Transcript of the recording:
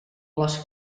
les